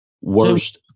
worst